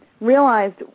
realized